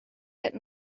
had